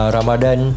Ramadan